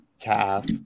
calf